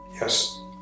yes